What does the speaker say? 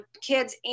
kids